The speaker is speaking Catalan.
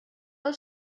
del